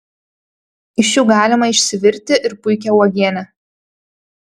iš jų galima išsivirti ir puikią uogienę